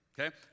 Okay